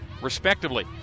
respectively